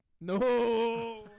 No